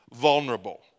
vulnerable